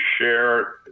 share